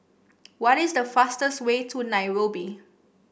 what is the fastest way to Nairobi